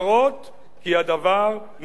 כי הדבר מובן מאליו".